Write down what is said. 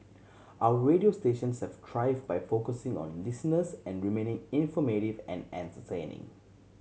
our radio stations have thrived by focusing on listeners and remaining informative and entertaining